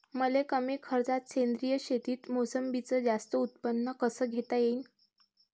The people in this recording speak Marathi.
मले कमी खर्चात सेंद्रीय शेतीत मोसंबीचं जास्त उत्पन्न कस घेता येईन?